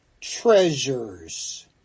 Treasures